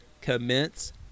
commence